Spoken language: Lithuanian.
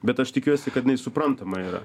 bet aš tikiuosi kad jinai suprantama yra